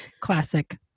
Classic